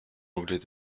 anglais